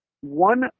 one